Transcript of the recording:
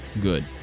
good